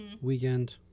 weekend